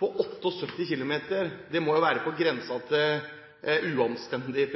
på 78 km må være på grensen til uanstendig.